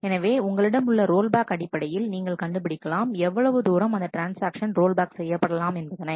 எனவே உங்களிடம் உள்ள ரோல்பேக் அடிப்படையில் நீங்கள் கண்டுபிடிக்கலாம் எவ்வளவு தூரம் அந்த ட்ரான்ஸ்ஆக்ஷனில் ரோல்பேக் செய்யப்படலாம் என்பதனை